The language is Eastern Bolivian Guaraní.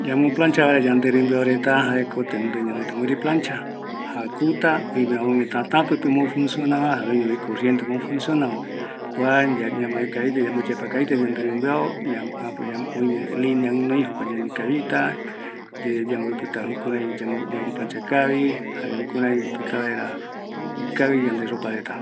Yambo plancha vaera yande rɨmbiao reta, jaeko tenonde ñanoita mopetï plancha, jakuta, oime amogue tatapɨipe jare corrientepe ombo funcionava, yamboyeapa kavita yande rɨmbɨao, linea guinoiarupi, jukuari ikavi opɨta vaera